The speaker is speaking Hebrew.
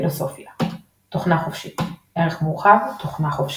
פילוסופיה תוכנה חופשית ערך מורחב – תוכנה חופשית